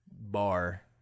bar